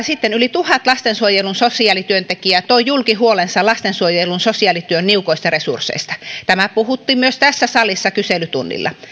sitten yli tuhannen lastensuojelun sosiaalityöntekijää toi julki huolensa lastensuojelun sosiaalityön niukoista resursseista tämä puhutti myös tässä salissa kyselytunnilla